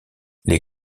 les